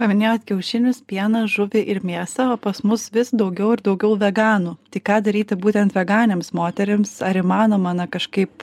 paminėjot kiaušinius pieną žuvį ir mėsą o pas mus vis daugiau ir daugiau veganų tai ką daryti būtent veganėms moterims ar įmanoma na kažkaip